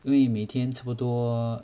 因为每天差不多